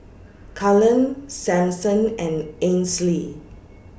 Cullen Sampson and Ansley